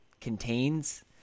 contains –